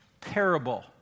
parable